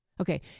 Okay